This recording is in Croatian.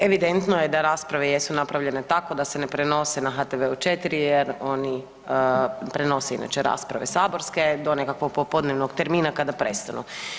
Evidentno je da rasprave jesu napravljane tako da se ne prenose na HTV-u 4 jer oni prenose inače rasprave saborske do nekakvog popodnevnog termina kada prestanu.